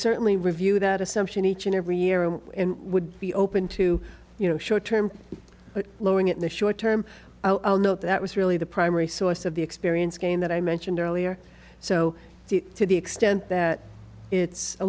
certainly review that assumption each and every year it would be open to you know short term but lowering it in the short term that was really the primary source of the experience gain that i mentioned earlier so to the extent that it's a